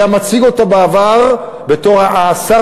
היה מציג אותו בעבר בתור השר